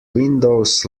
windows